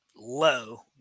low